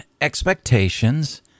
expectations